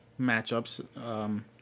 matchups